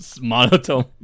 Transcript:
monotone